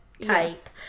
type